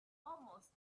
almost